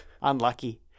Unlucky